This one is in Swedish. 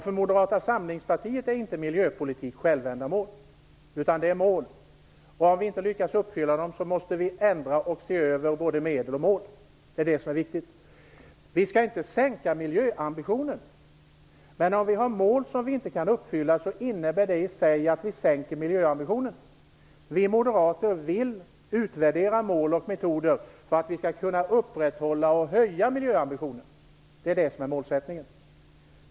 För Moderata samlingspartiet är inte miljöpolitik självändamål, utan det handlar om mål. Om vi inte lyckas uppfylla dem måste vi ändra och se över både medel och mål. Det är det som är viktigt. Vi skall inte sänka miljöambitionen. Men om vi har mål som inte kan uppfyllas innebär det i sig att miljöambitionen sänks. Vi moderater vill att man skall utvärdera mål och metoder för att vi skall kunna upprätthålla och höja miljöambitionen. Det är detta som är målsättningen.